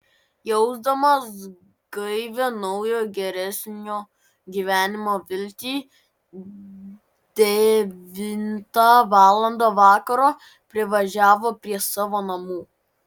jausdamas gaivią naujo geresnio gyvenimo viltį devintą valandą vakaro privažiavo prie savo namų